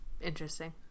interesting